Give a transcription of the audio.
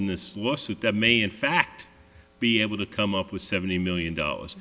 in this lawsuit that may in fact be able to come up with seventy million dollars